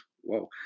Whoa